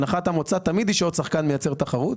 הנחת המוצא תמיד היא שעוד שחקן מייצר תחרות.